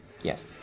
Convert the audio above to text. Yes